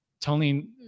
Tony